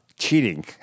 Cheating